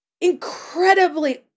incredibly